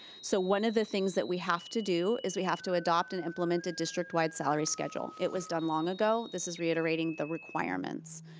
so one of the things that we have to do is we have to adopt and implement a district wide salary schedule. it was done long ago, this is reiterating the requirements.